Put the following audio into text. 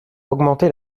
augmenter